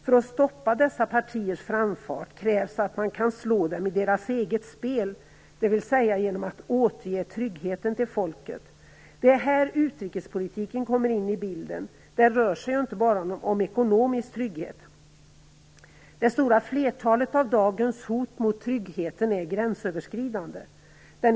För att stoppa dessa partiers framfart krävs det att man kan slå dem i deras eget spel, dvs. genom att återge tryggheten till folket. Det är här som utrikespolitiken kommer in i bilden. Det rör sig ju inte bara om ekonomisk trygghet. Det stora flertalet av dagens hot mot tryggheten är gränsöverskridande.